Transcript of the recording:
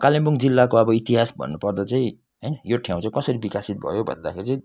कालिम्पोङ जिल्लाको अब इतिहास भन्नु पर्दा चाहिँ होइन यो ठाउँ चाहिँ कसरी विकसित भयो भन्दाखेरि चाहिँ